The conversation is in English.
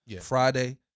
Friday